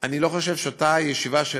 אני לא חושב שבאותה ישיבה,